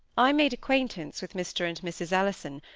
i made acquaintance with mr and mrs ellison,